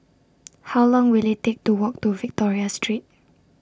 How Long Will IT Take to Walk to Victoria Street